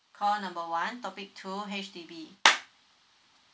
call number one topic two H_D_B